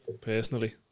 Personally